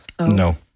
No